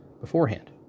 beforehand